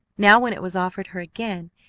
now, when it was offered her again,